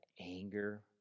anger